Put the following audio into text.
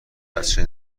بچه